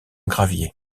gravier